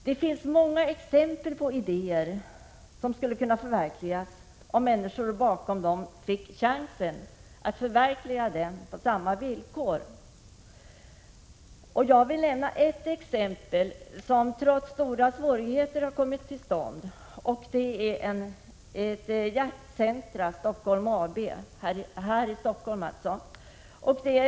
Det finns många exempel på idéer som skulle kunna förverkligas om människorna bakom dem fick chansen att göra det på samma villkor som gäller för offentlig verksamhet. Jag vill nämna ett exempel på en verksamhet som trots stora svårigheter kommit till stånd, nämligen ett hjärtcenter här i Stockholm.